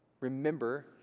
remember